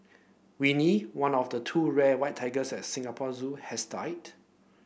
Winnie one of the two rare white tigers at Singapore Zoo has died